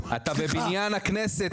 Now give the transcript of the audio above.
אתה בבניין הכנסת,